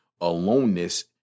aloneness